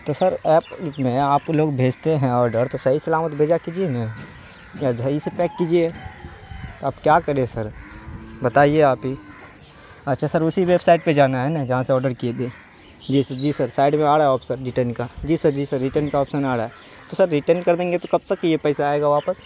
تو sir app میں آپ لوگ بھیجتے ہیں آڈر تو صحیح سلامت بھیجا کیجیے نا یا صحیح سے پیک کیجیے اب کیا کریں سر بتائیے آپ ہی اچھا سر اسی ویب سائٹ پہ جانا ہے نا جہاں سے آڈر کیے تھے جی سر جی سر سائڈ میں آ رہا ہے آپشن ریٹرن کا جی سر جی سر ریٹرن کا آپسن آ رہا ہے تو سر ریٹرن کر دیں گے تو کب تک یہ پیسہ آئے گا واپس